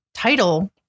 title